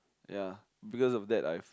ya because of that I've